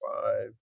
five